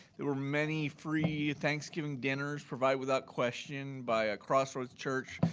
there were many free thanksgiving dinners provided without question, by ah crossroads church,